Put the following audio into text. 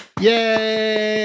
Yay